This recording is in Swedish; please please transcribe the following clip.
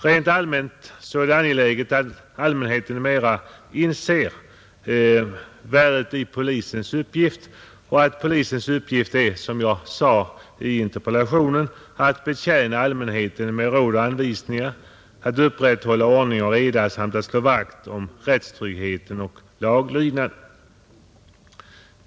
Rent allmänt är det angeläget att allmänheten inser värdet i polisens uppgift och att polisens uppgift är, som jag sade i interpellationen, att betjäna allmänheten med råd och anvisningar, att upprätthålla ordning och reda samt att slå vakt om rättstryggheten och laglydnaden.